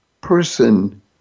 person